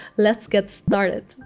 let's get started.